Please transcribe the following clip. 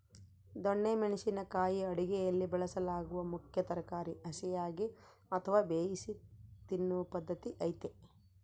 ದೊಣ್ಣೆ ಮೆಣಸಿನ ಕಾಯಿ ಅಡುಗೆಯಲ್ಲಿ ಬಳಸಲಾಗುವ ಮುಖ್ಯ ತರಕಾರಿ ಹಸಿಯಾಗಿ ಅಥವಾ ಬೇಯಿಸಿ ತಿನ್ನೂ ಪದ್ಧತಿ ಐತೆ